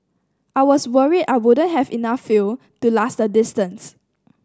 I was worried I wouldn't have enough fuel to last the distance